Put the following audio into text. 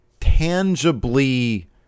tangibly